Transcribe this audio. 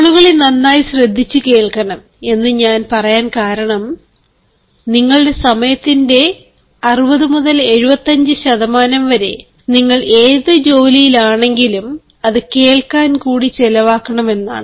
ആളുകളെ നന്നായി ശ്രദ്ധിച്ചു കേൾക്കണം എന്ന് ഞാൻ പറയാൻ കാരണം നിങ്ങളുടെ സമയത്തിന്റെ 60 മുതൽ 75 ശതമാനം വരെ നിങ്ങൾ ഏത് ജോലിയിലാണെങ്കിലും അത് കേൾക്കാൻ കൂടി ചെലവാക്കണമെന്നാണ്